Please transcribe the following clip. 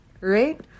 right